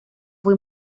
fue